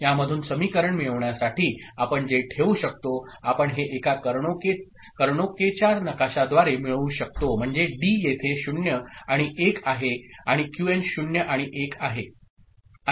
यामधून समीकरण मिळवण्यासाठी आपण जे ठेवू शकतो आपण हे एका कर्णोकेच्या नकाशाद्वारे मिळवू शकतो म्हणजे डी येथे 0 आणि 1 आहे आणि क्यूएन 0 आणि 1 आहे